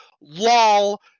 lol